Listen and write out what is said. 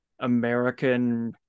American